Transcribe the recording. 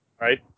Right